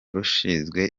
rushinzwe